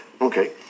Okay